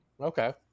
Okay